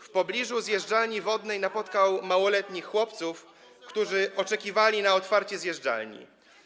W pobliżu zjeżdżalni wodnej napotkał małoletnich chłopców, którzy oczekiwali na otwarcie zjeżdżalni.